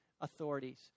authorities